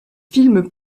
film